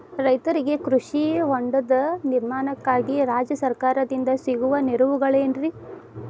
ರೈತರಿಗೆ ಕೃಷಿ ಹೊಂಡದ ನಿರ್ಮಾಣಕ್ಕಾಗಿ ರಾಜ್ಯ ಸರ್ಕಾರದಿಂದ ಸಿಗುವ ನೆರವುಗಳೇನ್ರಿ?